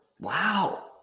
wow